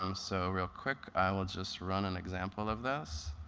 um so real quick i will just run an example of this.